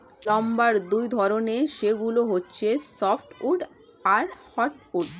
lumber দুই ধরনের, সেগুলো হচ্ছে সফ্ট উড আর হার্ড উড